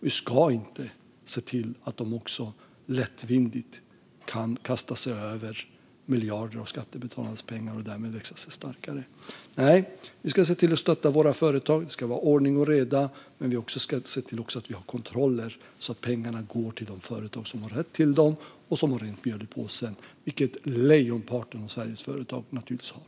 Vi ska inte se till att dessa brottslingar lättvindigt kan kasta sig över miljarder av skattebetalarnas pengar och därmed växa sig starkare. Vi ska se till att stötta våra företag. Det ska vara ordning och reda. Men vi ska också ha kontroller, så att pengarna går till de företag som har rätt till dem och som har rent mjöl i påsen, vilket lejonparten av Sveriges företag naturligtvis har.